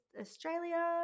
Australia